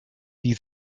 die